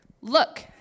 Look